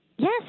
Yes